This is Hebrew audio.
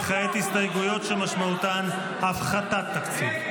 וכעת, הסתייגויות שמשמעותן הפחתת תקציב.